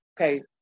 okay